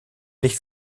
nicht